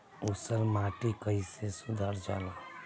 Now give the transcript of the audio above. ऊसर माटी कईसे सुधार जाला?